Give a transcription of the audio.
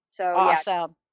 Awesome